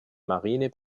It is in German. marine